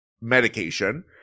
medication